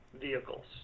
vehicles